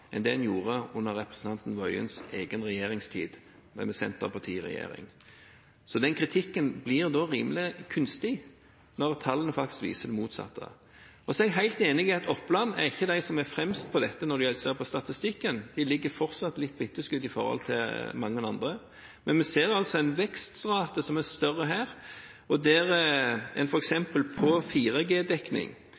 enn det de gjorde under representanten Tingelstad Wøiens egen regjeringstid, med Senterpartiet i regjering. Så den kritikken blir da rimelig kunstig når tallene faktisk viser det motsatte. Jeg er helt enig i at Oppland ikke er fremst på dette når en ser på statistikken. De ligger fortsatt litt på etterskudd i forhold til mange andre, men vi ser altså en vekstrate som er større her, der en hadde en 4G-dekning på 9 pst. for